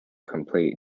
complete